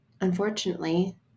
unfortunately